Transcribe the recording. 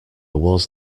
was